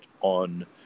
on